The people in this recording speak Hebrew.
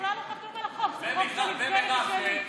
הוא בכלל לא חתום על החוק, זה חוק של יבגני ושלי.